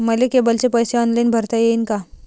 मले केबलचे पैसे ऑनलाईन भरता येईन का?